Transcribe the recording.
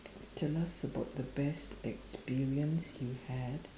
tell us about the best experience you had